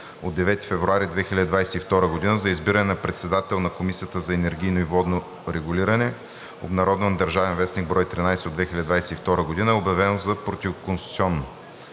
от 9 февруари 2022 г. за избиране на председател на Комисията за енергийно и водно регулиране (обн., ДВ, бр. 13 от 2022 г.) е обявено за противоконституционно.